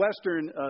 Western